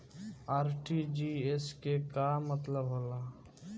RTGS के का मतलब होला?